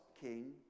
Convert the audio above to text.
king